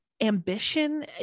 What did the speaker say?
ambition